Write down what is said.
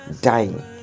dying